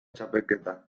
txapelketa